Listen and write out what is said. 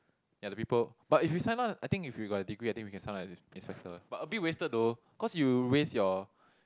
ya the people but if you sign up I think if you got the degree I think we can sign up as inspector but a bit wasted though cause you waste your